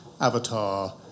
Avatar